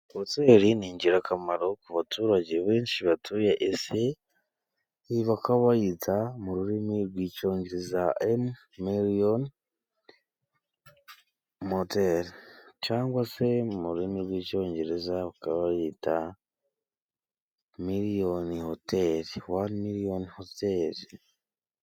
Hoteli ni ingirakamaro ku baturage benshi batuye isi; iyi bakaba bayita mu rurimi rw’icyongereza “emu miliyoni moteri” cyangwa se mu rurimi rw’icyongereza bakaba bayita “miliyoni hoteli”, “wani miliyoni hoteli.”